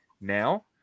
now